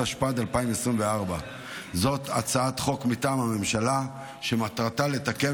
התשפ"ד 2024. זו הצעת חוק מטעם הממשלה שמטרתה לתקן